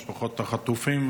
משפחות החטופים,